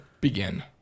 Begin